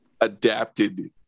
adapted